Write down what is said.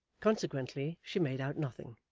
consequently she made out nothing,